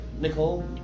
Nicole